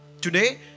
today